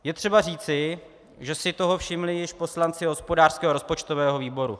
Je třeba říci, že si toho již všimli poslanci hospodářského a rozpočtového výboru.